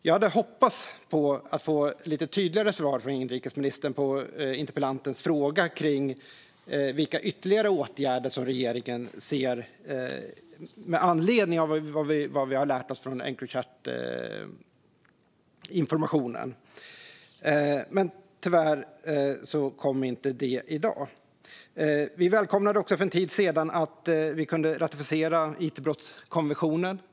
Jag hade hoppats få lite tydligare svar från inrikesministern på interpellantens fråga om vilka ytterligare åtgärder som regeringen ser med anledning av vad vi har lärt oss av Encrochatinformationen. Men tyvärr kom inte det i dag. Vi välkomnade också för en tid sedan att vi kunde ratificera it-brottskonventionen.